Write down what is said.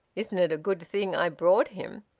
isn't it a good thing i brought him?